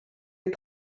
est